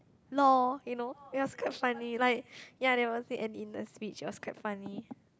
loh you know it was quite funny like ya they got say and in the speech it was quite funny